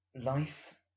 life